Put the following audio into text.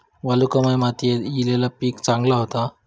वालुकामय मातयेत खयला पीक चांगला होता?